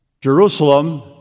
Jerusalem